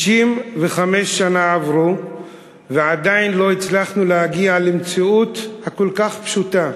65 שנה עברו ועדיין לא הצלחנו להגיע למציאות כל כך פשוטה.